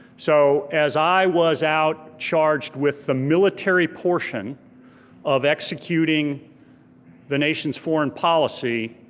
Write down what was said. so as i was out charged with the military portion of executing the nation's foreign policy,